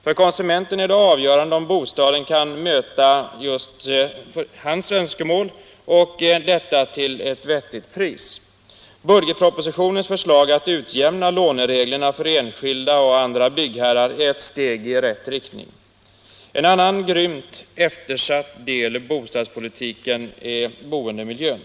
För konsumenten är det avgörande om bostaden kan möta just hans önskemål och detta till ett vettigt pris. Budgetpropositionens förslag att utjämna lånereglerna för enskilda och andra byggherrar är ett steg i rätt riktning. En annan grymt eftersatt del i bostadspolitiken är boendemiljön.